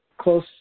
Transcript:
close